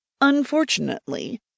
Unfortunately